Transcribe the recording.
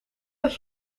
dat